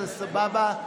זה סבבה.